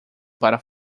para